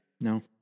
No